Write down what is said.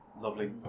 lovely